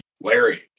Larry